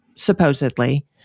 supposedly